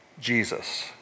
Jesus